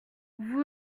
vous